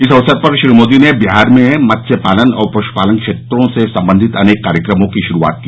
इस अवसर पर श्री मोदी ने बिहार में मत्स्य पालन और पश्पालन क्षेत्रों से संबंधित अनेक कार्यक्रमों की शुरूआत की